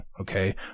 okay